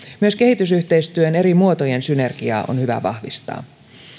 myös kehitysyhteistyön eri muotojen synergiaa on hyvä vahvistaa